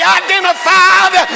identified